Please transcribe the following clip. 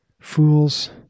Fools